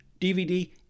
DVD